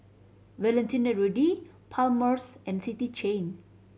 Valentino Rudy Palmer's and City Chain